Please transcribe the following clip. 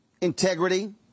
integrity